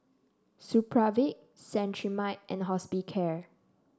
Supravit Cetrimide and Hospicare